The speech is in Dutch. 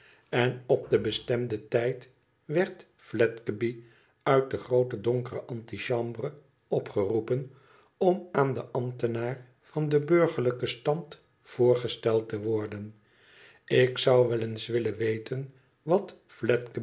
en op den bestemden tijd werd fledgeby uit de groote donkere antichambre opgeroepen om aan den ambtenaar van den burgerlijken stand voorgesteld te worden ik zou wel eens willen weten wat